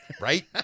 Right